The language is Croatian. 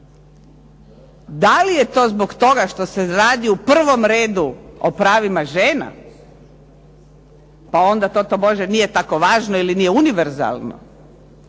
Da li je zbog toga što se radi u prvom redu o pravima žena, pa onda to tobože nije tako važno ili nije univerzalno